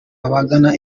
abagana